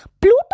Pluto